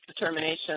determination